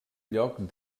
lloc